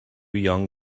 young